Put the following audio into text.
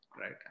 Right